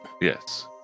Yes